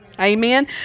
Amen